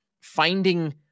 finding